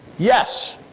yes?